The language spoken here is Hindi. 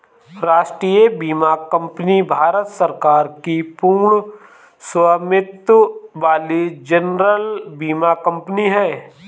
राष्ट्रीय बीमा कंपनी भारत सरकार की पूर्ण स्वामित्व वाली जनरल बीमा कंपनी है